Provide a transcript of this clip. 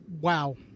Wow